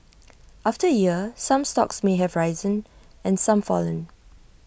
after A year some stocks may have risen and some fallen